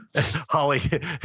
Holly